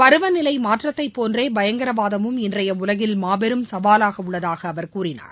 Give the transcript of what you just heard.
பருவநிலை மாற்றத்தை போன்றே பயங்கரவாதமும் இன்றைய உலகில் மாபெரும் சவாவாக உள்ளதாக அவர் கூறினார்